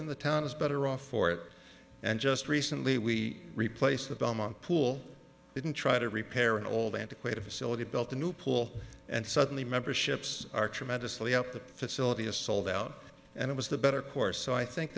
in the town is better off for it and just recently we replaced the belmont pool didn't try to repair an old antiquated facility built a new pool and suddenly memberships are tremendously up the facility has sold out and it was the better course so i think